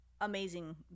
amazing